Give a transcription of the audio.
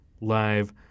live